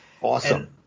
Awesome